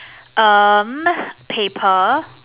um paper